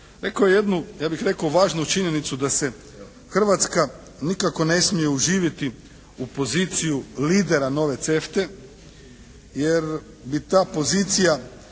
rekao je jednu ja bih rekao važnu činjenicu, da se Hrvatska nikako ne smije uživjeti u poziciju lidera nove CEFTA-e, jer bi ta pozicija